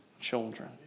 children